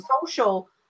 social